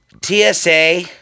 TSA